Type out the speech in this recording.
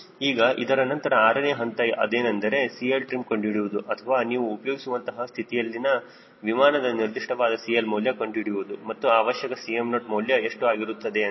ಈಗ ಇದರ ನಂತರ 6ನೇ ಹಂತ ಅದೇನೆಂದರೆ CLtrim ಕಂಡುಹಿಡಿಯುವುದು ಅಥವಾ ನೀವು ಉಪಯೋಗಿಸುವಂತಹ ಸ್ಥಿತಿಯಲ್ಲಿನ ವಿಮಾನದ ನಿರ್ದಿಷ್ಟವಾದ CL ಮೌಲ್ಯ ಕಂಡುಹಿಡಿಯುವುದು ಮತ್ತು ಅವಶ್ಯಕ Cm0 ಮೌಲ್ಯ ಎಷ್ಟು ಆಗಿರುತ್ತದೆ ಎಂದು